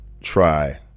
try